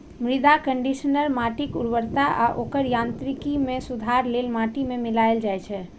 मृदा कंडीशनर माटिक उर्वरता आ ओकर यांत्रिकी मे सुधार लेल माटि मे मिलाएल जाइ छै